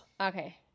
Okay